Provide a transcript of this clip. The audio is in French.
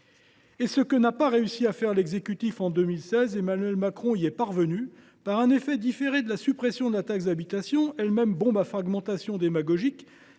Ce que n’a pas réussi à faire l’exécutif en 2016, Emmanuel Macron y est parvenu, par un effet différé de la suppression de la taxe d’habitation – elle même bombe à fragmentation démagogique